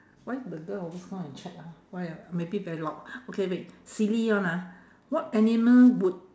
why the girl always come and check ah why ah maybe very loud okay wait silly one ah what animal would